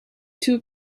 two